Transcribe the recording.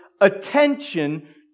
attention